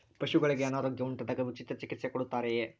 ಪಶುಗಳಿಗೆ ಅನಾರೋಗ್ಯ ಉಂಟಾದಾಗ ಉಚಿತ ಚಿಕಿತ್ಸೆ ಕೊಡುತ್ತಾರೆಯೇ?